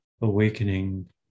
awakening